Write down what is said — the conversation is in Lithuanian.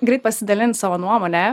greit pasidalint savo nuomone